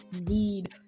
need